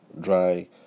dry